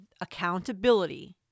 accountability